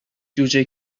جوجه